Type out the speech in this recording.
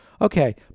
okay